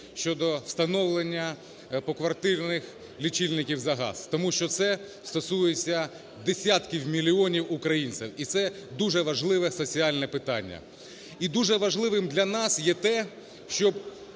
щодо встановлення поквартирних лічильників за газ, тому що це стосується десятків мільйонів українців. І це дуже важливе соціальне питання. І дуже важливим для нас є те, щоб